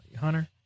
Hunter